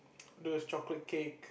those chocolate cake